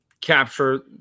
capture